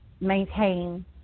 maintain